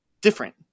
different